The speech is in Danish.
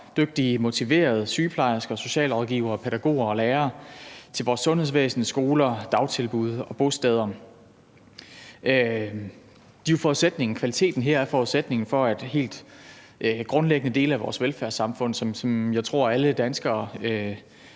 dygtige, motiverede sygeplejersker, socialrådgivere, pædagoger og lærere til vores sundhedsvæsen, skoler, dagtilbud og bosteder. Kvaliteten her er forudsætningen for, at helt grundlæggende dele af vores velfærdssamfund, som jeg tror at alle danskere